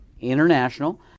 International